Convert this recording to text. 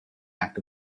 act